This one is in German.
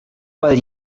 weil